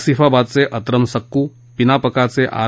असिफाबादचे अत्रम सक्कू पिनापकाचे आर